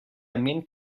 ambient